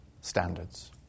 standards